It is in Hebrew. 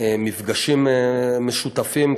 למפגשים משותפים,